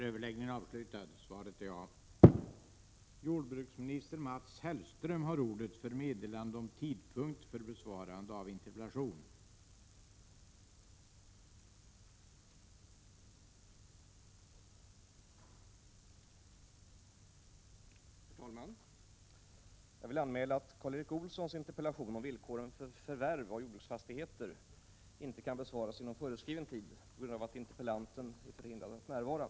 Herr talman! Jag vill anmäla att Karl Erik Olssons interpellation om villkoren för förvärv av jordbruksfastigheter inte kan besvaras inom föreskriven tid på grund av att interpellanten är förhindrad att närvara.